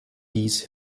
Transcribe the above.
dies